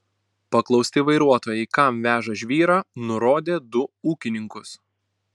paklausti vairuotojai kam veža žvyrą nurodė du ūkininkus